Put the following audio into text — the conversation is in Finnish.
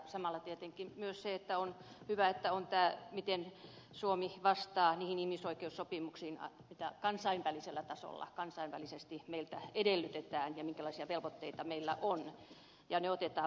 samalla tietenkin myös se on hyvä että on kerrottu miten suomi vastaa niihin ihmisoikeussopimuksiin mitä kansainvälisellä tasolla meiltä edellytetään ja minkälaisia velvoitteita meillä on ja ne otetaan vakavasti